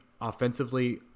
offensively